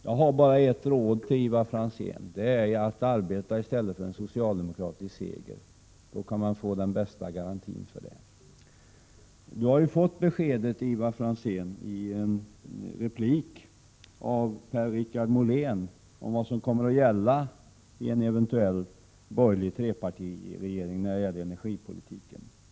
Jag har bara ett råd att ge till Ivar Franzén, och det är att i stället arbeta för en socialdemokratisk seger. Då kan man få den bästa garantin för en förnuftig energipolitik. Ivar Franzén har i en replik av Per-Richard Molén fått besked om vad som kommer att gälla beträffande energipolitiken i en eventuell borgerlig trepartiregering.